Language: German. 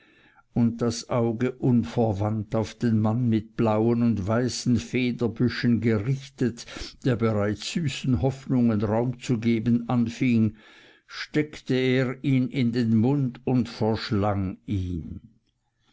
und das auge unverwandt auf den mann mit blauen und weißen federbüschen gerichtet der bereits süßen hoffnungen raum zu geben anfing steckte er ihn in den mund und verschlang ihn